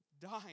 dying